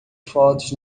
fotos